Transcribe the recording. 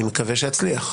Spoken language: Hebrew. אני מקווה שאצליח.